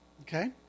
Okay